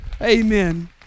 Amen